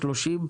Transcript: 30%,